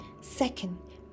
Second